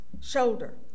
shoulder